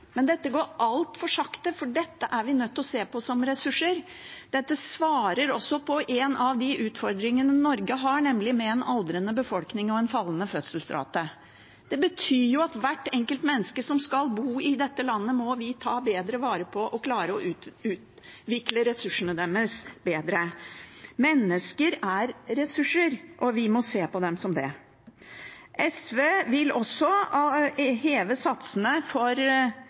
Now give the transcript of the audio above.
Men dette går altfor sakte, for dette er vi nødt til å se på som ressurser. Det svarer også på en av utfordringene Norge har, nemlig aldrende befolkning og fallende fødselsrate. Det betyr at hvert enkelt menneske som skal bo i dette landet, må vi ta bedre vare på og bedre klare å utvikle ressursene deres. Mennesker er ressurser, og vi må se på dem som det. SV vil også heve satsene for